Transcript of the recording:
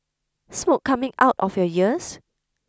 smoke coming out of your ears